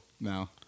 now